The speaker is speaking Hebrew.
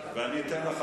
מאיר,